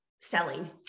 selling